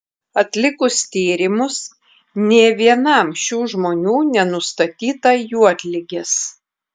atlikus tyrimus nė vienam šių žmonių nenustatyta juodligės